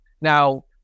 Now